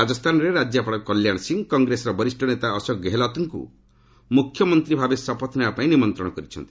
ରାଜସ୍ଥାନରେ ରାଜ୍ୟପାଳ କଲ୍ୟାଣ ସିଂ କଂଗ୍ରେସର ବରିଷ୍ଣ ନେତା ଅଶୋକ ଗେହଲଟ୍ଙ୍କୁ ମୁଖ୍ୟମନ୍ତ୍ରୀ ଭାବେ ଶପଥ ନେବା ପାଇଁ ନିମନ୍ତ୍ରଣ କରିଛନ୍ତି